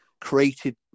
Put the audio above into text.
created